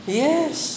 yes